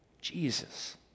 Jesus